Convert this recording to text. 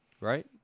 Right